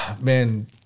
man